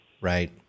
Right